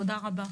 תודה רבה.